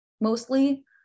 mostly